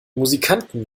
musikanten